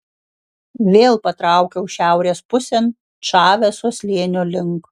vėl patraukiau šiaurės pusėn čaveso slėnio link